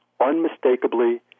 unmistakably